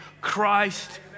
Christ